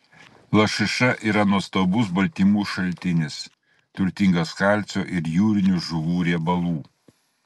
lašiša yra nuostabus baltymų šaltinis turtingas kalcio ir jūrinių žuvų riebalų